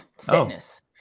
fitness